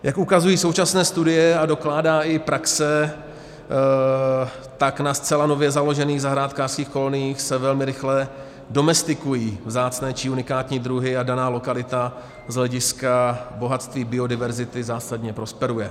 Jak ukazují současné studie a dokládá i praxe, tak na zcela nově založených zahrádkářských koloniích se velmi rychle domestikují vzácné či unikání druhy a daná lokalita z hlediska bohatství biodiverzity zásadně prosperuje.